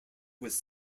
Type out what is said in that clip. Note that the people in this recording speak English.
was